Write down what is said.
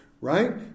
Right